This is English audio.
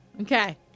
Okay